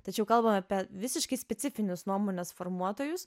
tačiau kalbame apie visiškai specifinius nuomonės formuotojus